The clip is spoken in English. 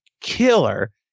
killer